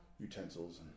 Utensils